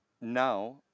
now